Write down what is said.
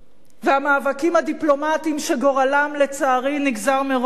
והמאבקים הדיפלומטיים שגורלם, לצערי, נגזר מראש,